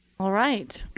all right.